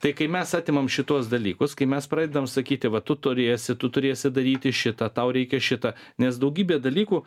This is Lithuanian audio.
tai kai mes atimam šituos dalykus kai mes pradedam sakyti va tu turėsi tu turėsi daryti šitą tau reikia šitą nes daugybė dalykų